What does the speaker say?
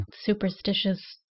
superstitious